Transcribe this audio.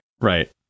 Right